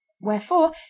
wherefore